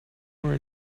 for